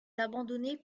abandonné